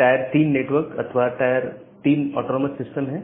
tyre 3 network अथवा tier 3 autonomous system है